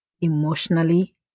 emotionally